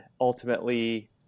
ultimately